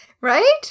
Right